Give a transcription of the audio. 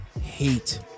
hate